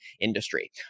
industry